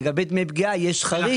לגבי דמי פגיעה יש חריג.